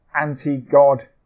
anti-God